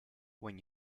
when